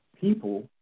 people